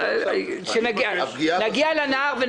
לא